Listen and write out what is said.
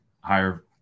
higher